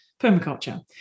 permaculture